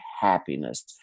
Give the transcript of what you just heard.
happiness